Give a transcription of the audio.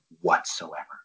whatsoever